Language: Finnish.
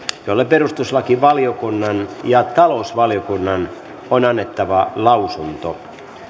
jolle perustuslakivaliokunnan ja talousvaliokunnan on annettava lausunto